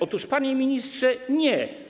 Otóż, panie ministrze, nie.